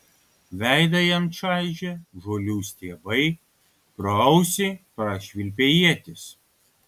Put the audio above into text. veidą jam čaižė žolių stiebai pro ausį prašvilpė ietis